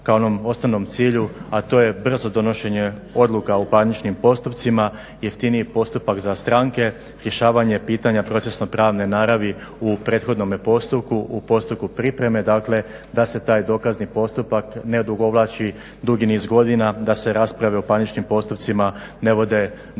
kao onom osnovnom cilju a to je brzo donošenje odluka u parničnim postupcima, jeftiniji postupak za stranke, rješavanje pitanja procesno pravne naravi u prethodnome postupku, u postupku pripreme dakle da se taj postupak ne odugovlači dugi niz godina, da se rasprave o parničnim postupcima ne vode dugo i